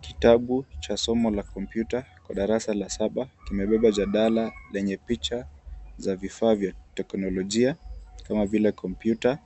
Kitabu cha somo la kompyuta kwa darasa la saba kimebeba jadala lenye picha za vifaa vya teknolojia kama vile kompyuta,